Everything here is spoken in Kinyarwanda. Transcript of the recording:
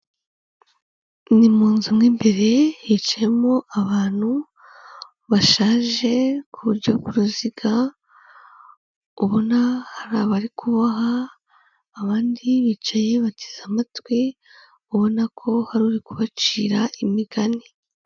Ni mu nzu mo imbere hicayemo abantu bashaje ku buryo ku ruziga, ubona hari abari kuboha abandi bicaye bateze amatwi, ubona ko hari uri kubacira imigani.